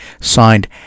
Signed